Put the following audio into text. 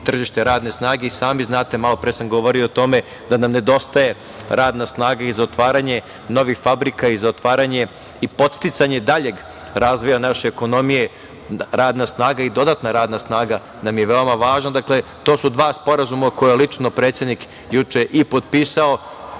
tržište radne snage i sami znate, a malo pre sam govorio o tome da nam nedostaje radna snaga i za otvaranje novih fabrika i podsticanja i dalje razvoja naše ekonomije, i dodatna radna snaga nam je veoma važna i to su dva sporazuma koje je lično predsednik juče i potpisao. Gospodin